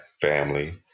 family